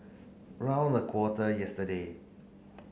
round a quarter yesterday